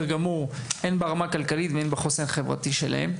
גמור הן ברמה הכלכלית והן בחוסן החברתי שלהן,